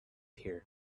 here